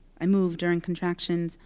i moved during contractions,